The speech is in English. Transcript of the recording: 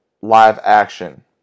live-action